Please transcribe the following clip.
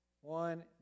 one